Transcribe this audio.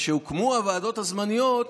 כשהוקמו הוועדות הזמניות,